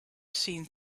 seen